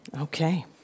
Okay